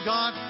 God